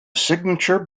signature